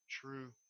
true